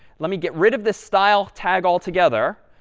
let me get rid of this style tag all together.